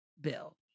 bill